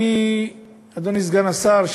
אדוני סגן השר,